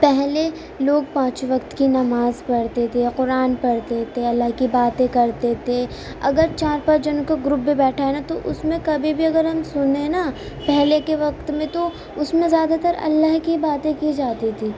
پہلے لوگ پانچوں وقت کی نماز پڑھتے تھے قرآن پڑھتے تھے اللہ کی باتیں کرتے تھے اگر چار پانچ جنوں کا گروپ بھی بیٹھا ہے نا تو اس میں کبھی بھی اگر ہم سنیں نا پہلے کے وقت میں تو اس میں زیادہ تر اللہ کی باتیں کی جاتی تھیں